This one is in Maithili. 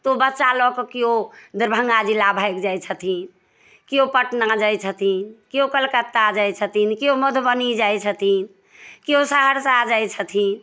तऽ ओ बच्चा लऽ कऽ केओ दरभङ्गा जिला भागि जाइ छथिन केओ पटना जाइ छथिन केओ कलकत्ता जाइ छथिन केओ मधुबनी जाइ छथिन केओ सहरसा जाइ छथिन